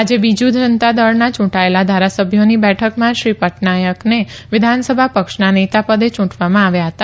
આજે બીજુ જનતા દળના ચુંટાયેલા ધારાસભ્યોની બેઠકમાં શ્રી પટનાયકને વિધાનસભા પક્ષના નેતા પદે ચુંટવામાં આવ્યા હતા